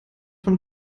von